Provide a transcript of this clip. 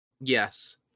Yes